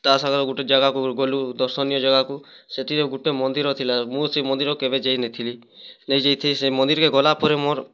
ତା'ସହ ଗୋଟେ ଜାଗାକୁ ଗଲୁ ଦର୍ଶନୀୟ ଜାଗାକୁ ସେଇଠି ଗୋଟେ ମନ୍ଦିର ଥିଲା ମୁଁ ସେଇ ମନ୍ଦିର କେବେ ଯାଇନଥିଲି ନାହିଁ ଯାଇଥିସେ ମନ୍ଦିରକେ ଗଲା ପରେ ମୋର